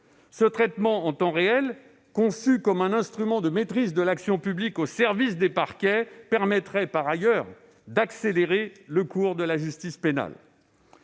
Ce traitement en temps réel, conçu comme un instrument de maîtrise de l'action publique au service des parquets permettrait par ailleurs d'accélérer le cours de la justice pénale.